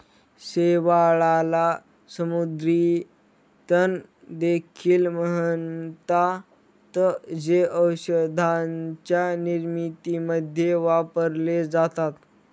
शेवाळाला समुद्री तण देखील म्हणतात, जे औषधांच्या निर्मितीमध्ये वापरले जातात